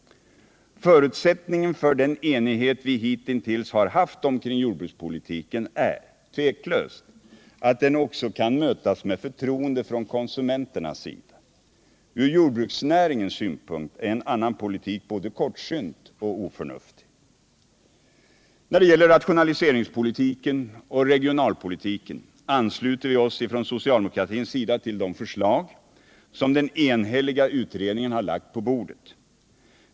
Förutsättningen för den enighet vi hitintills har haft omkring jordbrukspolitiken är tveklöst att den också kan mötas med förtroende från konsumenternas sida. Ur jordbruksnäringens synpunkt är en annan politik både kortsynt och oförnuftig. När det gäller rationaliseringspolitiken och regionalpolitiken ansluter vi oss ifrån socialdemokratins sida till de enhälliga förslag som utredningen har lagt på bordet.